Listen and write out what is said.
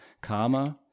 karma